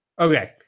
Okay